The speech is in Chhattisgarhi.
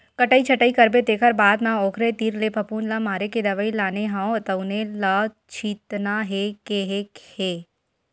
कटई छटई करबे तेखर बाद म ओखरे तीर ले फफुंद ल मारे के दवई लाने हव तउने ल छितना हे केहे हे